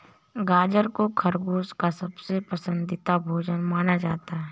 गाजर को खरगोश का सबसे पसन्दीदा भोजन माना जाता है